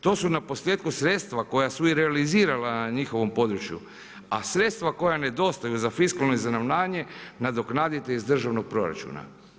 To su naposljetku sredstva koja su i realizirana na njihovom području, a sredstva koja nedostaju za fiskalno izravnanje nadoknadite iz državnog proračuna.